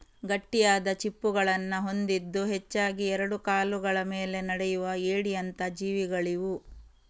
ಗಟ್ಟಿಯಾದ ಚಿಪ್ಪುಗಳನ್ನ ಹೊಂದಿದ್ದು ಹೆಚ್ಚಾಗಿ ಎರಡು ಕಾಲುಗಳ ಮೇಲೆ ನಡೆಯುವ ಏಡಿಯಂತ ಜೀವಿಗಳಿವು